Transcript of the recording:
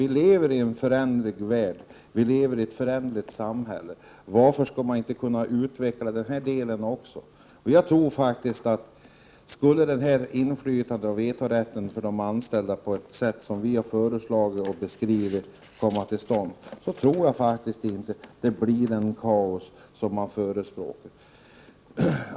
Vi lever i en föränderlig värld, i ett föränderligt samhälle, varför skall då inte även denna del kunna utvecklas? Om det inflytande och den vetorätt för de anställda som vi har föreslagit och beskrivit kommer till stånd, tror jag faktiskt inte att det blir det kaos som förutsägs.